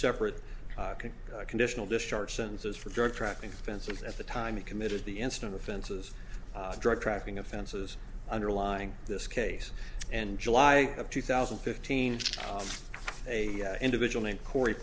separate conditional discharge sentences for drug trafficking fencers at the time he committed the incident offenses drug trafficking offenses underlying this case and july of two thousand and fifteen a individual named corey